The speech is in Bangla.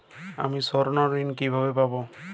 আমি স্বর্ণঋণ কিভাবে পাবো?